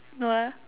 no lah